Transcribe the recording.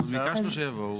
ביקשנו שיבואו.